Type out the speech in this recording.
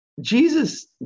Jesus